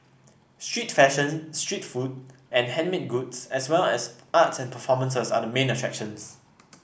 street fashion street food and handmade goods as well as art and performances are the main attractions